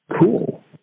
Cool